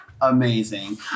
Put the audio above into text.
Amazing